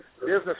business